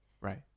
Right